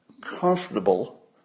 comfortable